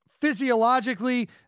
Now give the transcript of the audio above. physiologically